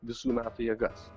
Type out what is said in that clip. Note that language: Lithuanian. visų metų jėgas